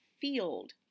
field